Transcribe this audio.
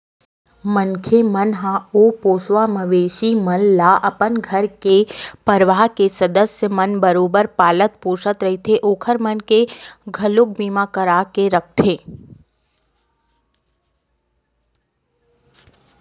मनखे मन ह ओ पोसवा मवेशी मन ल अपन घर के परवार के सदस्य मन बरोबर पालत पोसत रहिथे ओखर मन के घलोक बीमा करा के रखथे